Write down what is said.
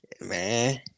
Man